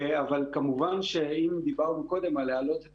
אבל כמובן שאם דיברנו קודם על להעלות את